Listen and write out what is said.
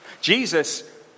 Jesus